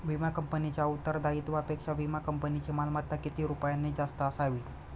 विमा कंपनीच्या उत्तरदायित्वापेक्षा विमा कंपनीची मालमत्ता किती रुपयांनी जास्त असावी?